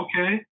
Okay